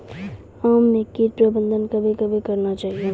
आम मे कीट प्रबंधन कबे कबे करना चाहिए?